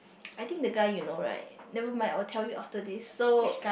I think the guy you know right never mind I will tell you after this so